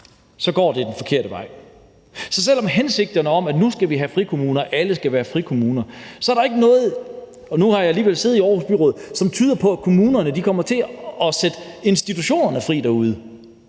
går det den forkerte vej. Så på trods af hensigterne om, at nu skal vi have frikommuner, og alle kommuner skal være frikommuner, er der ikke noget – og nu har jeg alligevel siddet i Aarhus Byråd – som tyder på, at kommunerne kommer til at sætte institutionerne fri derude.